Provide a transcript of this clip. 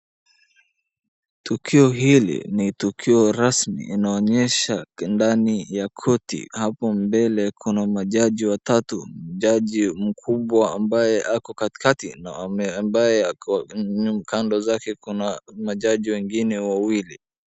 Tukio hili ni tukio rasmi inaonyesha ndani ya korti. Hapo mbele kuna majaji watatu, jaji mkubwa ambaye ako katikati na ambaye wako kando zake kuna majaji wengine wawili.